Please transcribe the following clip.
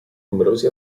numerosi